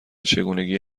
چگونگی